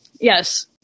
yes